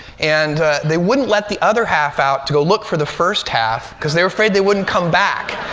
and they wouldn't let the other half out to go look for the first half because they were afraid they wouldn't come back.